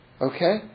Okay